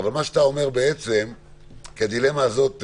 הדילמה הזאת,